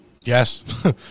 Yes